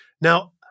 Now